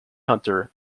hunter